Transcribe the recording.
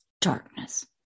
darkness